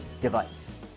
device